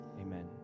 amen